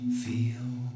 feel